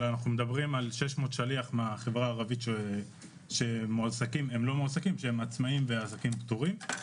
יש לנו 600 שליחים מהחברה הערבית שהם עצמאים ועסקים פטורים.